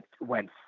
went